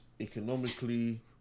economically